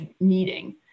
meeting